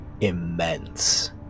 immense